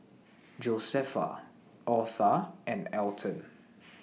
Josefa Otha and Alton